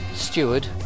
steward